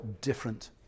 different